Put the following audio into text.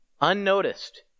unnoticed